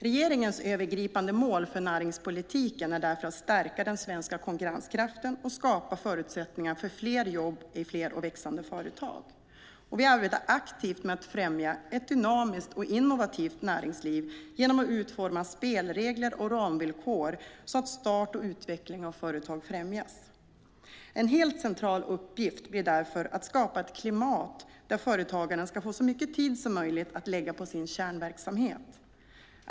Regeringens övergripande mål för näringspolitiken är därför att stärka den svenska konkurrenskraften och skapa förutsättningar för fler jobb i fler och växande företag. Vi arbetar aktivt med att främja ett dynamiskt och innovativt näringsliv genom att utforma spelregler och ramvillkor så att start och utveckling av företag främjas. En helt central uppgift blir därför att skapa ett klimat där företagarna ska få så mycket tid som möjligt att lägga på sin kärnverksamhet.